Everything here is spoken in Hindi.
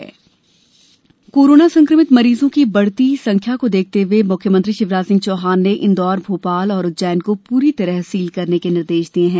मुख्यमंत्री कोरोना कोरोना संक्रमित मरीजों की बढ़ती हुई संख्या को देखते हुए मुख्यमंत्री शिवराज सिंह चौहान ने इंदौर भोपाल और उज्जैन को पूरी तरह सील करने के निर्देश दिए हैं